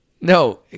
no